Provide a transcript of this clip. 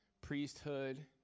priesthood